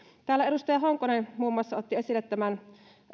täällä edustaja honkonen muun muassa otti esille tämän